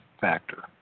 factor